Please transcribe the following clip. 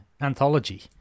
anthology